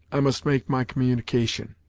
i must make my communication.